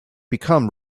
become